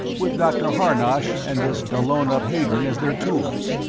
with dr. harnosh and this dallona of hadron as their tools.